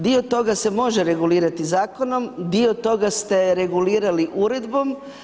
Dio toga se može regulirati zakonom, dio toga ste regulirali uredbom.